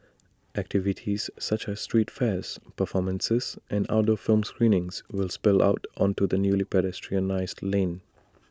activities such as street fairs performances and outdoor film screenings will spill out onto the newly pedestrianised lane